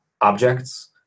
objects